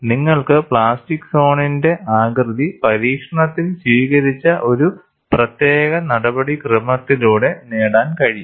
നിങ്ങൾക്ക് പ്ലാസ്റ്റിക് സോണിന്റെ ആകൃതി പരീക്ഷണത്തിൽ സ്വീകരിച്ച ഒരു പ്രത്യേക നടപടിക്രമത്തിലൂടെ നേടാൻ കഴിയും